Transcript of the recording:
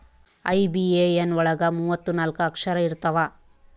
IBAN ಒಳಗ ಮೂವತ್ತು ನಾಲ್ಕ ಅಕ್ಷರ ಇರ್ತವಾ